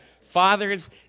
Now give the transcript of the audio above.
Fathers